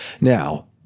Now